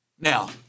now